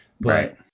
Right